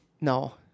No